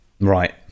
Right